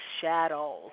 Shadows